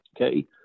Okay